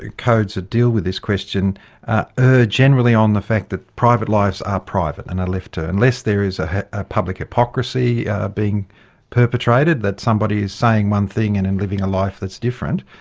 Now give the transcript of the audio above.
ah codes that deal with this question, err generally on the fact that private lives are private and are left to, unless there is ah a public hypocrisy being perpetrated, that somebody is saying one thing and and living a life that's different,